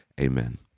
Amen